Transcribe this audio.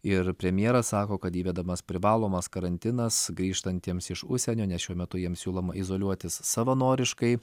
ir premjeras sako kad įvedamas privalomas karantinas grįžtantiems iš užsienio nes šiuo metu jiems siūloma izoliuotis savanoriškai